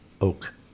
oak